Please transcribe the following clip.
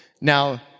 Now